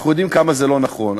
אנחנו יודעים כמה זה לא נכון,